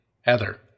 Heather